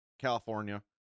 California